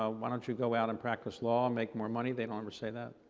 ah why don't you go out and practice law and make more money, they don't ever say that?